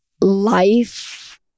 life